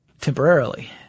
temporarily